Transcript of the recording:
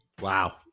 Wow